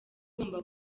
igomba